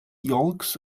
yolks